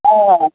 آ